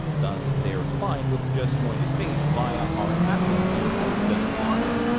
thus, they're fine with just going to space via our atmosphere or just beyond it.